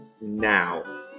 Now